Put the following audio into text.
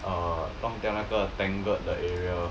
err 弄掉那个 tangled 的 area